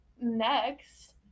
next